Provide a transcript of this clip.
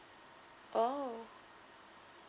oh